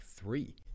three